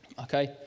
Okay